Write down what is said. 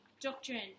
doctrine